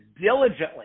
diligently